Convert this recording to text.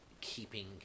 Keeping